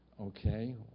okay